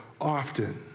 often